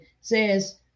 says